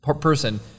person